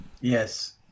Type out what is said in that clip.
Yes